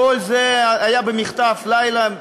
כל זה היה במחטף לילה,